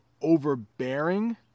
overbearing